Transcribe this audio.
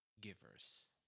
givers